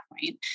point